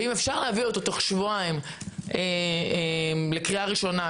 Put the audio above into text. אם אפשר להביא אותו תוך שבועיים לקריאה ראשונה,